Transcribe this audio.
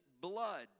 blood